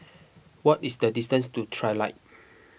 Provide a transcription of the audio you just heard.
what is the distance to Trilight